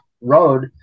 road